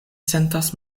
sentas